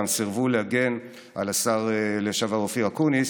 גם סירבו להגן על השר לשעבר אופיר אקוניס,